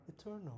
eternal